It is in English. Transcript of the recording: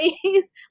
please